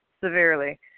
severely